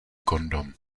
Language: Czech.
kondom